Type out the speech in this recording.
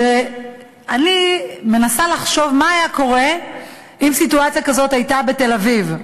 אני מנסה לחשוב מה היה קורה אם סיטואציה כזאת הייתה בתל-אביב.